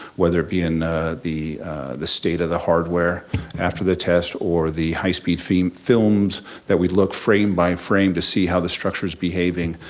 whether be in the the state of the hardware after the test, or the high speed being filmed that we look frame by frame to see how the structure's behaving,